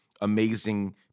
amazing